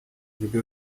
bebeu